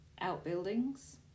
outbuildings